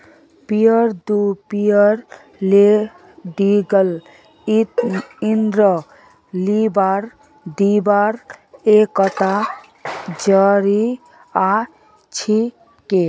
peer to peer lending ऋण लीबार दिबार एकता जरिया छिके